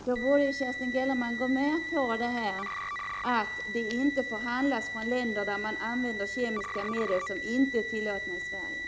Herr talman! Då borde Kerstin Gellerman gå med på kravet att varor inte skall köpas från länder där kemiska medel används som inte är tillåtna i Sverige.